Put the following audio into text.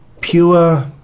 pure